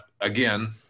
again